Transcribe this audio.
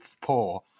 poor